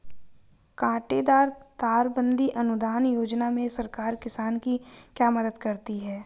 कांटेदार तार बंदी अनुदान योजना में सरकार किसान की क्या मदद करती है?